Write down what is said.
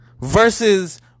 Versus